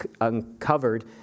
uncovered